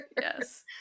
Yes